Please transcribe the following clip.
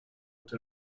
but